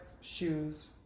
shoes